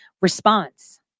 response